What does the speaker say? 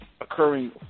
occurring